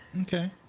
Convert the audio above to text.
Okay